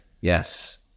yes